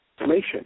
information